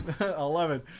Eleven